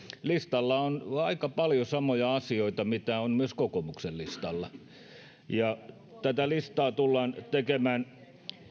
listalla on aika paljon samoja asioita mitä on myös kokoomuksen listalla tätä listaa tullaan tekemään